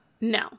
No